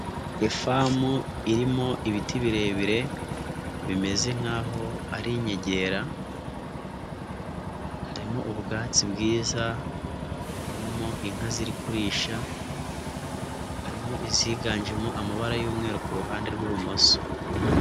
Ifamu irimo ibiti birebire bimeze nk'aho ari inyegera, harimo ubwatsi bwiza, harimo inka ziri kurisha, harimo iziganjemo amabara y'umweru ku ruhande rw'ibumoso.